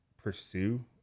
pursue